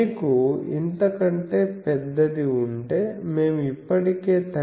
మీకు ఇంతకంటే పెద్దది ఉంటే మేము ఇప్పటికే 13